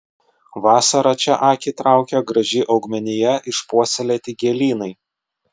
vasarą čia akį traukia graži augmenija išpuoselėti gėlynai